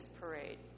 parade